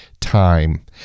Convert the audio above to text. time